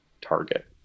target